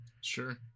Sure